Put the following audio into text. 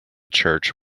church